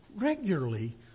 regularly